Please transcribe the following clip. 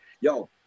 yo